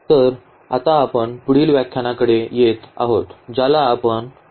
तर आता आपण पुढील व्याख्याकडे येत आहोत ज्याला आपण वेक्टर इंटरप्रिटेशन म्हणतो